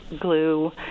glue